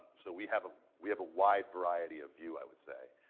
so we have a we have a wide variety of view, i would say.